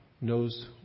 knows